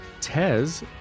Tez